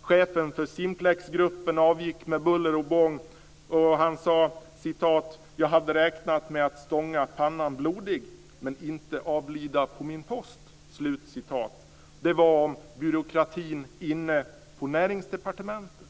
Chefen för Simplexgruppen avgick med buller och bång. Han sade: "- Jag hade räknat med att stånga pannan blodig, men inte avlida på min post." Det gällde byråkratin på Näringsdepartementet.